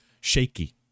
shaky